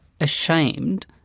ashamed